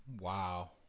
Wow